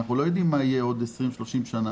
אנחנו לא יודעים מה יהיה בעוד 20 או 30 שנה,